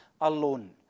alone